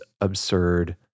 absurd